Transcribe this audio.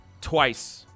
Twice